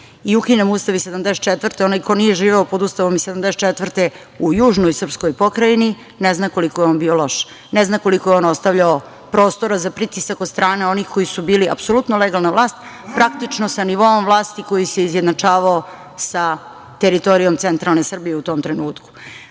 i ukinemo Ustav iz 1974. godine. Onaj ko nije živeo pod Ustavom iz 1974. u južnoj srpskoj pokrajini, ne zna koliko je on bio loš, ne zna koliko je on ostavljao prostora za pritisak od strane onih koji su bili apsolutno legalna vlast, praktično sa nivoom vlasti koji se izjednačavao sa teritorijom centralne Srbije u tom trenutku. Dakle,